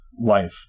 life